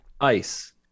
ice